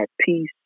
peace